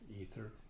ether